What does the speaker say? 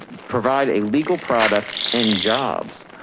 provide a legal product and jobs.